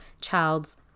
child's